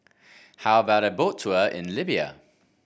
how about a Boat Tour in Libya